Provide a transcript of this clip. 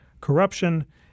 corruption